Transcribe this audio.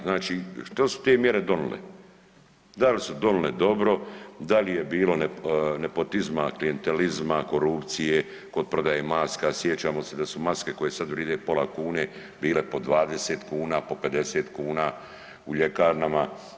Znači što su te mjere donile, da li su donile dobro, da li je bilo nepotizma, klijentelizma, korupcije kod prodaje maska sjećamo se da su maske koje sada vrijede pola kune bile po 20 kuna, po 50 kuna u ljekarnama.